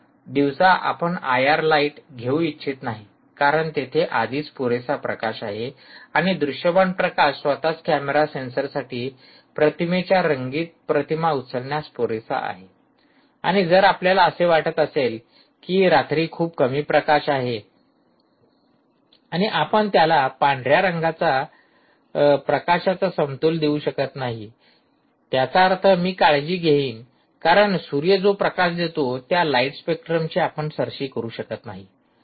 दिवसा आपण IR light घेऊ इच्छित नाही कारण तेथे आधीच पुरेसा प्रकाश आहे आणि दृश्यमान प्रकाश स्वतःच कॅमेरा सेन्सरसाठी प्रतिमेच्या रंगीत प्रतिमा उचलण्यास पुरेसा आहे आणि जर आपल्याला असे वाटत असेल की रात्री खूप कमी प्रकाश आहे आणि आपण त्याला पांढऱ्या प्रकाशाचा समतोल देऊ शकत नाही त्याचा अर्थ मी काळजी घेईन कारण सूर्य जो प्रकाश देतो त्या लाईट स्पेक्ट्रमची आपण सरशी करू शकत नाही